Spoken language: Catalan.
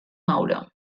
maura